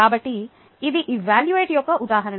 కాబట్టి ఇది ఎవాల్యూట యొక్క ఉదాహరణ